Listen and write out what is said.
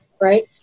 right